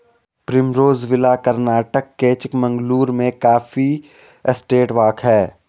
Primrose Villa Karnataka के चिकमगलूर में coffee estate walk हैं